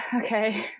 okay